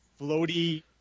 floaty